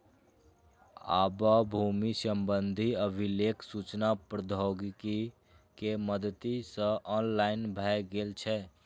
आब भूमि संबंधी अभिलेख सूचना प्रौद्योगिकी के मदति सं ऑनलाइन भए गेल छै